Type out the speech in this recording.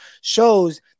shows